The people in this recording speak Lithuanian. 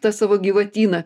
tą savo gyvatyną